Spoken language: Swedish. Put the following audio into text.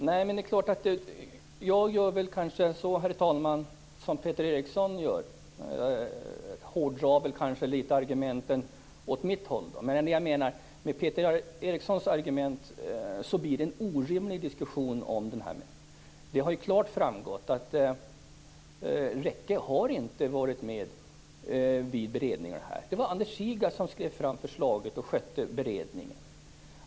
Herr talman! Jag gör kanske likadant som Peter Eriksson. Jag hårdrar kanske argumenten litet åt mitt håll. Men med Peter Erikssons argument blir det en orimlig diskussion. Det har ju klart framgått att Rekke inte har varit med vid beredningen. Det var Andreas Zsiga som skrev fram förslaget och skötte beredningen.